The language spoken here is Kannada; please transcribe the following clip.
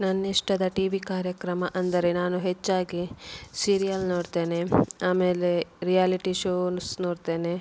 ನನ್ನ ಇಷ್ಟದ ಟಿವಿ ಕಾರ್ಯಕ್ರಮ ಅಂದರೆ ನಾನು ಹೆಚ್ಚಾಗಿ ಸೀರಿಯಲ್ ನೋಡ್ತೇನೆ ಆಮೇಲೆ ರಿಯಾಲಿಟಿ ಶೋಸ್ ನೋಡ್ತೇನೆ